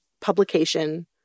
publication